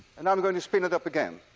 and i'm going to spin it up again.